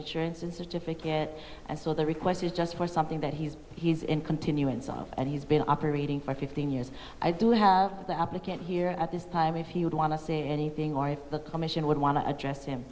insurance and certificate and so the request is just for something that he's he's in continuance of and he's been operating for fifteen years i do have the applicant here at this time if you would want to say anything or if the commission would want to address him